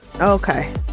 Okay